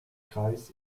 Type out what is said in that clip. kreis